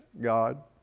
God